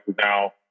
now